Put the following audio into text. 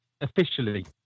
officially